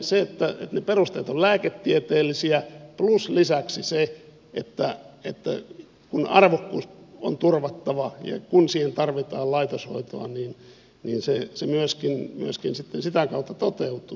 se että perusteet ovat lääketieteellisiä plus lisäksi se että arvokkuus on turvattava ja kun siihen tarvitaan laitoshoitoa niin se myöskin sitten sitä kautta toteutuu